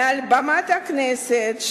מעל בימת הכנסת,